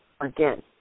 again